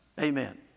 Amen